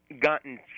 gotten